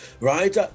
Right